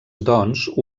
doncs